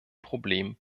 problem